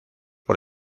por